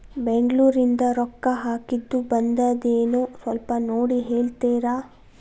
ಬೆಂಗ್ಳೂರಿಂದ ರೊಕ್ಕ ಹಾಕ್ಕಿದ್ದು ಬಂದದೇನೊ ಸ್ವಲ್ಪ ನೋಡಿ ಹೇಳ್ತೇರ?